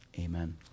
Amen